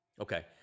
Okay